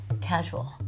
casual